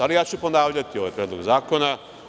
Ali ja ću ponavljati ovaj Predlog zakona.